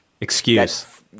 Excuse